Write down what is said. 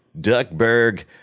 Duckburg